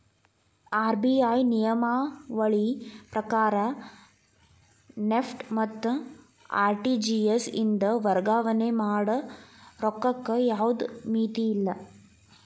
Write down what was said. RBI ನಿಯಮಾವಳಿ ಪ್ರಕಾರ NEFT ಮತ್ತ ಆರ್.ಟಿ.ಜಿ.ಎಸ್ ಇಂದ ವರ್ಗಾವಣೆ ಮಾಡ ರೊಕ್ಕಕ್ಕ ಯಾವ್ದ್ ಮಿತಿಯಿಲ್ಲ